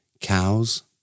cows